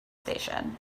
station